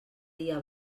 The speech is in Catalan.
dia